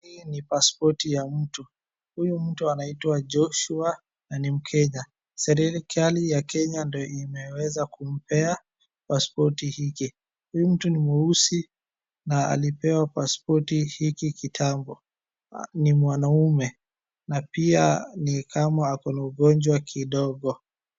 Hii ni paspoti ya mtu. Huyu mtu anaitwa Joshua na ni mkenya. Serekali ya Kenya ndio imeweza kumpea paspoti hiki. Huyu mtu ni mweusi na alipewa paspoti hiki kitambo. Ni mwanaume na pia ni kama ako na ugonjwa kidogo.